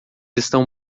estão